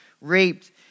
raped